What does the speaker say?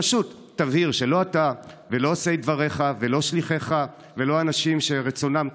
פשוט תבהיר שלא אתה ולא עושי דבריך ולא שליחיך ולא אנשים שרצונם טוב,